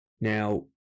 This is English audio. Now